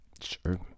sure